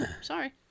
sorry